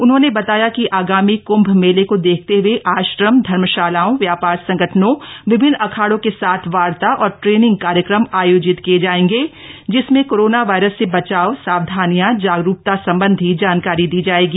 उन्होंने बताया कि आगामी कृंभ मेले को देखते हुए आश्रम धर्मशालाओं व्यापार संगठनों विभिन्न अखाड़ों के साथ वार्ता और ट्रेनिंग कार्यक्रम आयोजित किये जाएंगे जिसमें कोरोना वायरस से बचाव सावधानियां जागरूकता संबंधी जानकारी दी जाएगी